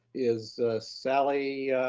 is sally